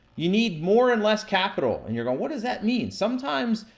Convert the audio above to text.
you need more and less capital, and you're going, what does that mean? sometimes,